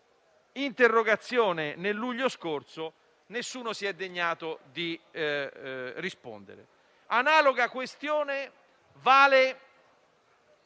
interrogazione nel luglio scorso: nessuno si è degnato di rispondere. Analoga considerazione vale